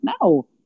No